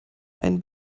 ein